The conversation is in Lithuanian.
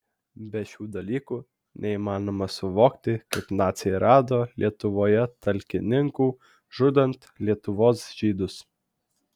be šių dalykų neįmanoma suvokti kaip naciai rado lietuvoje talkininkų žudant lietuvos žydus